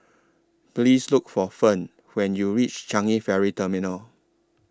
Please Look For Ferne when YOU REACH Changi Ferry Terminal